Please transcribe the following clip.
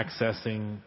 accessing